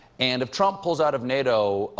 and if trump pulls out of nato,